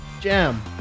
jam